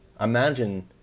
Imagine